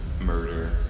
murder